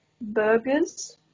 burgers